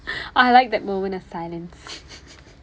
I like that moment of silence